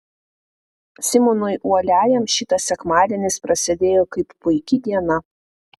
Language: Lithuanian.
simonui uoliajam šitas sekmadienis prasidėjo kaip puiki diena